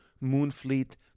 Moonfleet